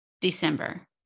December